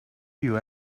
you